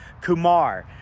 Kumar